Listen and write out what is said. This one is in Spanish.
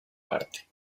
parte